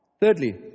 Thirdly